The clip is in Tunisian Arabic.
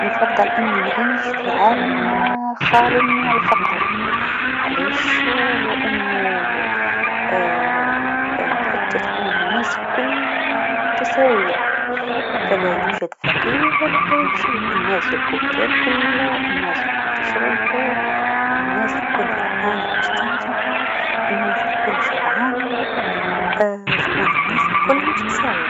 نفضل أني نعيش في عالم خالي من الفقر علاش لأنو حتى تكون الناس كلها متساويه فلا يوجد فقير و لا أي شيء، الناس كلها تاكل الناس الكل تشرب الناس الكل فرحانه و مستمتعه الناس الكل شبعانه تكون الناس الكل متساويه.